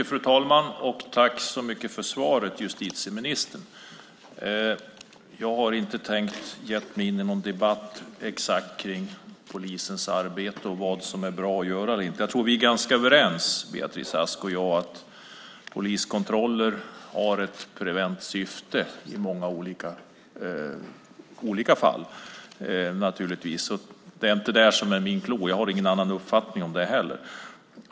Fru talman! Tack för svaret, justitieministern! Jag har inte gett mig in i en debatt om polisens arbete och exakt vad som är bra att göra eller inte. Jag tror att Beatrice Ask och jag är ganska överens om att poliskontroller har ett preventivt syfte i många olika fall. Det är inte det som är min poäng. Jag har ingen annan uppfattning om detta.